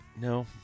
No